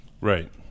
Right